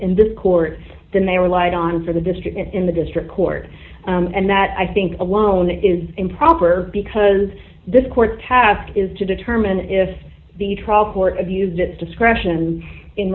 in this court than they relied on for the district in the district court and that i think alone is improper because this court task is to determine if the trial court abused its discretion in